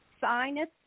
Sinus